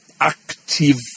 active